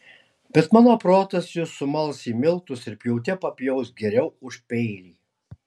bet mano protas jus sumals į miltus ir pjaute papjaus geriau už peilį